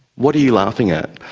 what are you laughing at?